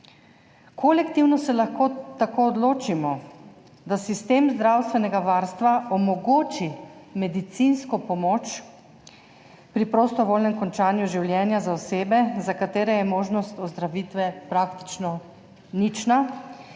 Kolektivno se lahko tako odločimo, da sistem zdravstvenega varstva omogoči medicinsko pomoč pri prostovoljnem končanju življenja za osebe, za katere je možnost ozdravitve praktično nična,